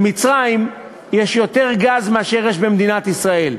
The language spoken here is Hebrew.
במצרים יש יותר גז מאשר במדינת ישראל,